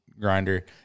grinder